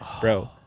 Bro